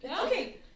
Okay